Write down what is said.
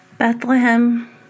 Bethlehem